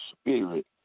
spirit